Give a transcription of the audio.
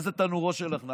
מה זה תנורו של עכנאי?